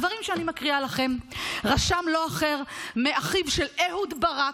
את הדברים שאני מקריאה לכם רשם לא אחר מאחיו של אהוד ברק,